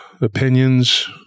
opinions